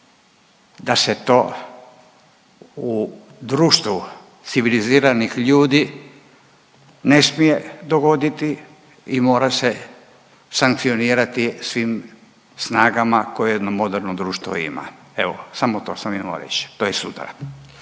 da se to u društvu civiliziranih ljudi ne smije dogoditi i mora se sankcionirati svim snagama koje jedno moderno društvo ima. Evo, samo to sam imao reći, to je sutra,